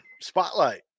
spotlight